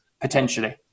potentially